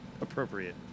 appropriate